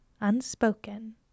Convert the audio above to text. unspoken